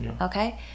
okay